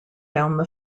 down